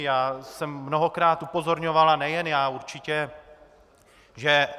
Já jsem mnohokrát upozorňoval a nejen určitě já.